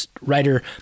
writer